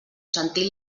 sentint